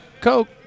Coke